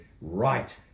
right